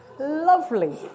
Lovely